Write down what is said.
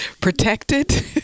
protected